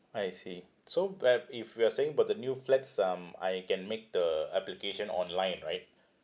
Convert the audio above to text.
I see so perhap if we're saying about the new flats um I can make the application online right